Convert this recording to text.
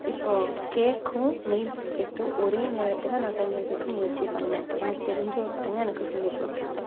இப்போது கேக்கும் நெய் பிஸ்கட்டும் ஒரே நேரத்தில் நான் செய்யுறதுக்கு முயற்சி பண்ணிணேன் எனக்கு தெரிஞ்ச ஒருத்தங்க எனக்கு சொல்லிக் கொடுத்தாங்க